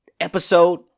episode